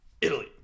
Italy